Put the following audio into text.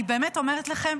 אני באמת אומרת לכם,